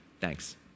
Thanks